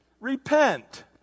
Repent